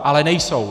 Ale nejsou.